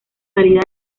salida